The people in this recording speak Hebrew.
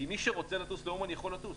כי מי שכרגע רוצה לטוס לאומן יכול לטוס,